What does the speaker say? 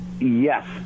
yes